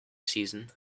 season